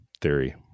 theory